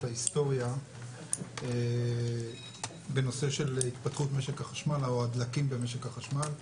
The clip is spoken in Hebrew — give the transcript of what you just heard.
ההיסטוריה בנושא של הדלקים במשק החשמל.